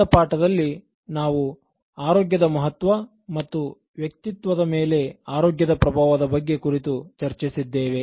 ಕಳೆದ ಪಾಠದಲ್ಲಿ ನಾವು ಆರೋಗ್ಯದ ಮಹತ್ವ ಮತ್ತು ವ್ಯಕ್ತಿತ್ವದ ಮೇಲೆ ಆರೋಗ್ಯದ ಪ್ರಭಾವ ದ ಬಗ್ಗೆ ಕುರಿತು ಚರ್ಚಿಸಿದ್ದೇವೆ